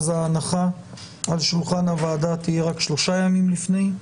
אז ההנחה על שולחן הוועדה תהיה רק שלושה ימים לפני.